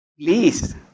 please